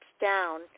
down